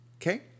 Okay